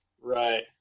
Right